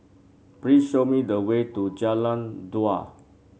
please show me the way to Jalan Dua